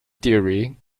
theory